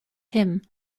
him